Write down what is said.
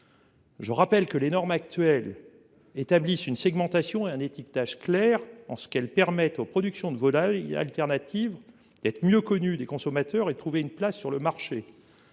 Je rappelle que les normes actuelles. Établissent une segmentation et un étiquetage clair en ce qu'elle permette aux productions de volailles. Alternatives d'être mieux connus des consommateurs et trouver une place sur le marché.